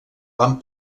van